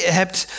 hebt